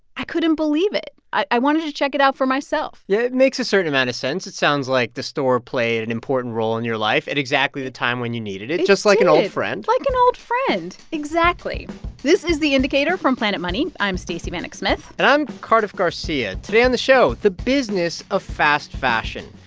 i couldn't believe it. i wanted to check it out for myself yeah, it makes a certain amount of sense. it sounds like the store played an important role in your life at exactly the time when you needed it. it did. just like an old friend like an old friend. exactly this is the indicator from planet money. i'm stacey vanek smith and i'm cardiff garcia. today on the show, the business of fast fashion.